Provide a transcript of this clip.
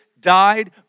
died